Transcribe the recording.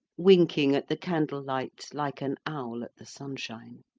winking at the candle light like an owl at the sunshine.